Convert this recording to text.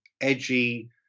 edgy